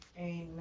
Amen